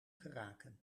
geraken